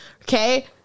Okay